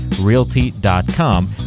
realty.com